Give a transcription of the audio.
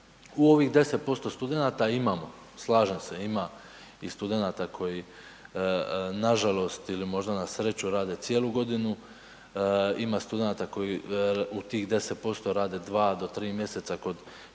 U ovih 10% studenata imamo, slažem se ima i studenata koji nažalost ili možda na sreću rade cijelu godinu, ima studenata koji u tih 10% rade 2 do 3 mjeseca kod,